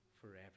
forever